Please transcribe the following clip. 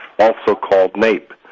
also called naep.